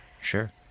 sure